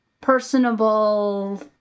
personable